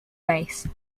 base